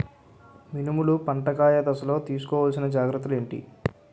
మినుములు పంట కాయ దశలో తిస్కోవాలసిన జాగ్రత్తలు ఏంటి?